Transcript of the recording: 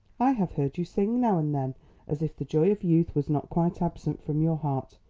i have heard you sing now and then as if the joy of youth was not quite absent from your heart.